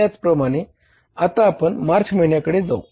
त्याचप्रमाणे आता आपण मार्च महिन्याकडे जाऊ